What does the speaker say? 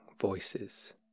Voices